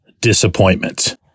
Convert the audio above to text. disappointment